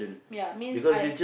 ya means I